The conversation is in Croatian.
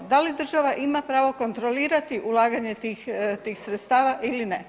Da li država ima pravo kontrolirati ulaganje tih sredstava ili ne?